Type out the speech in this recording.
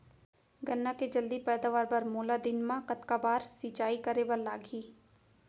गन्ना के जलदी पैदावार बर, मोला दिन मा कतका बार सिंचाई करे बर लागही?